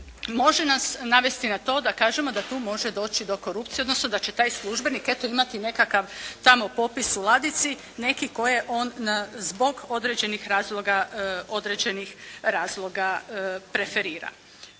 može nas navesti na to da kažemo da tu može doći do korupcije, odnosno da će taj službenik eto imati nekakav tamo popis u ladici neki koji on zbog određenih razloga preferira.